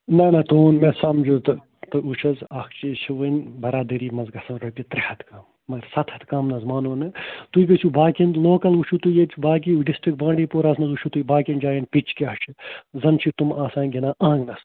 نَہ نَہ تُہُنٛد مےٚ سَمجوٗ تہٕ تہٕ وٕچھ حظ اَکھ چیٖز چھِ وٕنۍ بَرادٔری منٛز گژھن رۄپیہِ ترٛےٚ ہَتھ کَم مگر سَتھ ہَتھ کَم نہٕ حظ مانو نہٕ تُہۍ گٔژھِو باقِیَن لوکَل وٕچھِو تُہۍ ییٚتہِ چھِ باقی ڈِسٹِرٛک بانٛڈی پورہَس منٛز وٕچھو تُہۍ باقِیَن جایَن پِچ کیٛاہ چھُ زَنہٕ چھِ تِم آسان گِنٛدان آنٛگنَس منٛز